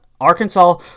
Arkansas